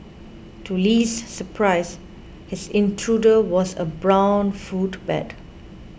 to Li's surprise his intruder was a brown fruit bat